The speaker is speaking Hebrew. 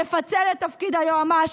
נפצל את תפקיד היועמ"ש,